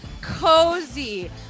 cozy